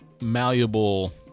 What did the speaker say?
malleable